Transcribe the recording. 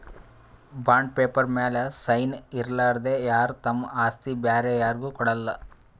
bond paper ಮ್ಯಾಲ್ sign ಇರಲಾರ್ದೆ ಯಾರು ತಮ್ ಆಸ್ತಿ ಬ್ಯಾರೆ ಯಾರ್ಗು ಕೊಡಲ್ಲ